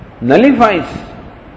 nullifies